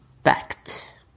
fact